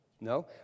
No